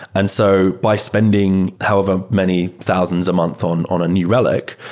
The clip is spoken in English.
and so by spending however many thousands a month on on a new relic,